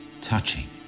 Touching